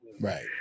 Right